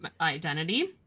identity